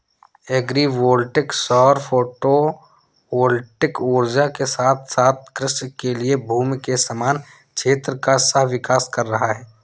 agri voltaic सौर photovoltaic ऊर्जा के साथ साथ कृषि के लिए भूमि के समान क्षेत्र का सह विकास कर रहा है